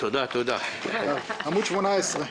עמוד 18,